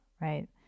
right